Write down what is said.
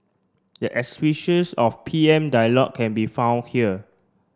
the of P M dialogue can be found here